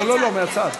מהצד.